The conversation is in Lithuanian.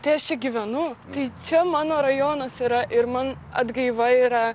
tai aš čia gyvenu tai čia mano rajonas yra ir man atgaiva yra